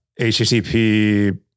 HTTP